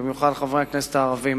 במיוחד חברי הכנסת הערבים,